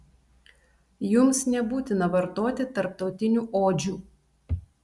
jums nebūtina vartoti tarptautinių odžių